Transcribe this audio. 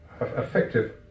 Effective